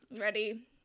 Ready